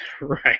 Right